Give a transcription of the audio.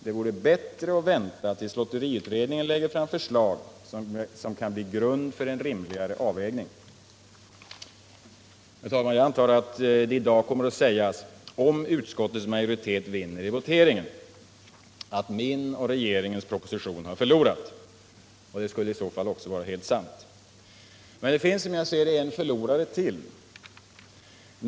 Det vore bättre att vänta tills lotteriutredningen lägger fram förslag som kan bli grund för en rimligare avvägning. Herr talman! Jag antar att det kommer att sägas, om utskottets majoritet vinner i voteringen, att min och regeringens proposition har förlorat. Det skulle i så fall också vara helt sant. Men det finns som jag ser det en förlorare till.